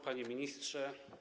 Panie Ministrze!